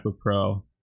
Pro